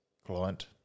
client